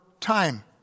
time